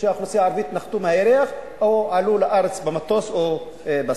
האוכלוסייה הערבית נחתה מהירח או עלתה לארץ במטוס או בספינה,